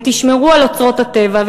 ותשמרו על אוצרות הטבע,